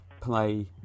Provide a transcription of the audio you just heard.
play